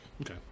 Okay